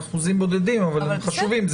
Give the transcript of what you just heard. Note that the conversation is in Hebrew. שמדובר באחוזים בודדים אבל הם חשובים.